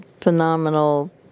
phenomenal